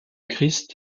christ